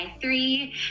three